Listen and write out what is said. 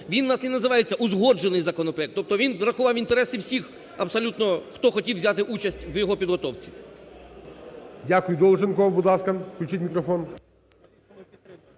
Він у нас і називається узгоджений законопроект, тобто він врахував інтереси всіх абсолютно, хто хотів взяти участь в його підготовці. ГОЛОВУЮЧИЙ. Дякую. Долженков, будь ласка. Включіть мікрофон.